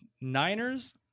Niners